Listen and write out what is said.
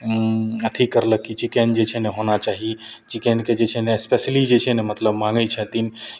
अथि करलक कि चिकेन जे छै ने होना चाही चिकेनके जे छै ने स्पेशियली जे छै ने मतलब मांगै छथिन